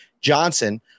johnson